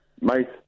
mate